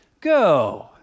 Go